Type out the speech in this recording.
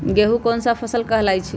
गेहूँ कोन सा फसल कहलाई छई?